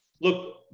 Look